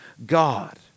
god